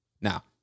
Now